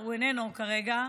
הוא איננו כרגע,